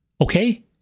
Okay